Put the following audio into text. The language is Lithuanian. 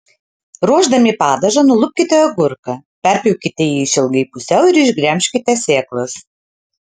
ruošdami padažą nulupkite agurką perpjaukite jį išilgai pusiau ir išgremžkite sėklas